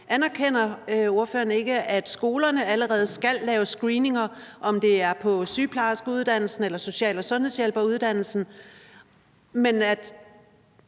Anerkender ordføreren ikke, at skolerne allerede skal lave screeninger, uanset om det er på sygeplejerskeuddannelsen eller på social- og sundhedshjælperuddannelsen? Men jeg